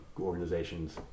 organizations